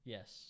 Yes